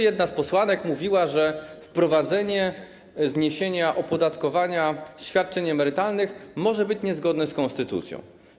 Jedna z posłanek mówiła, że wprowadzenie zniesienia opodatkowania świadczeń emerytalnych może być niezgodne z konstytucją.